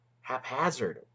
haphazard